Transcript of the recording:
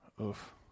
Oof